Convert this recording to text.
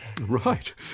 Right